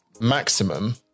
maximum